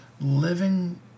living